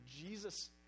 Jesus